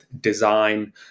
design